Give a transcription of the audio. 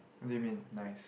what do you mean nice